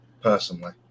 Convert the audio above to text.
personally